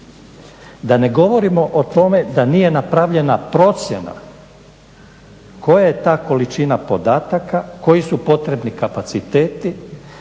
Da ne govorimo o tome da nije napravljena procjena koja je to količina podataka, koji su potrebni kapaciteti,